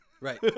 right